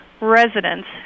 residents